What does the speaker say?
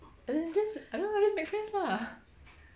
as in just I don't know lah just make friends lah